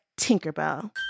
Tinkerbell